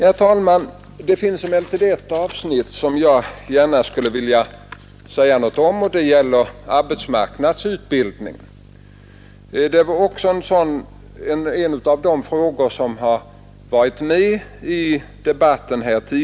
Herr talman, det finns ett avsnitt som jag gärna skulle vilja säga något om, nämligen arbetsmarknadsutbildningen. Det är också en fråga som varit uppe tidigare i debatten här.